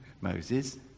Moses